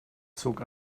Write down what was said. zog